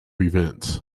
events